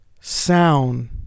sound